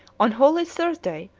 on holy thursday,